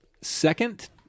second